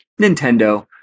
Nintendo